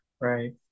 right